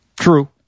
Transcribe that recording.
true